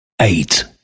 eight